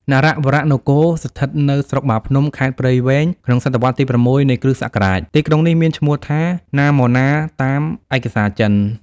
នរវរនគរ ស្ថិតនៅស្រុកបាភ្នំ ខេត្តព្រៃវែង ក្នុងសតវត្សរ៍ទី៦ នៃគ្រិស្តសក រាជ ។ ទីក្រុងនេះមានឈ្មោះថា ណាហ្មណាតាមឯកសារចិន ។